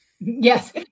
Yes